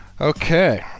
Okay